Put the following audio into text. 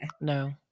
No